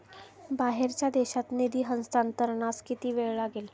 बाहेरच्या देशात निधी हस्तांतरणास किती वेळ लागेल?